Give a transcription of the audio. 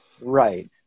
Right